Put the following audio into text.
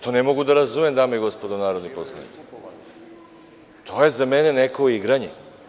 To ne mogu da razumem, dame i gospodo narodni poslanici, to je za mene neko igranje.